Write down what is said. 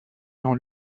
jean